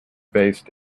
based